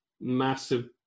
massive